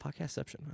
Podcastception